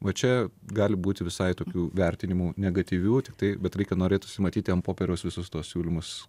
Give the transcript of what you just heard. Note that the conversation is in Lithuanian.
va čia gali būti visai tokių vertinimų negatyvių tiktai bet reikia norėtųsi matyti ant popieriaus visus tuos siūlymus